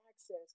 access